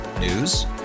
News